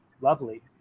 lovely